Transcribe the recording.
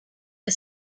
que